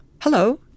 hello